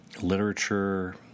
literature